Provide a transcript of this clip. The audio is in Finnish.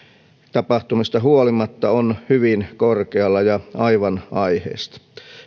tapahtumista huolimatta on hyvin korkealla ja aivan aiheesta